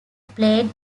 played